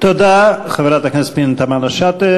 תודה, חברת הכנסת פנינה תמנו-שטה.